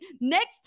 next